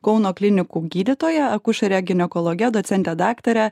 kauno klinikų gydytoja akušere ginekologe docente daktare